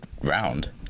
round